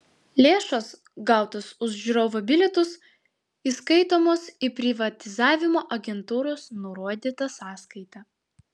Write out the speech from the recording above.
lėšos gautos už žiūrovo bilietus įskaitomos į privatizavimo agentūros nurodytą sąskaitą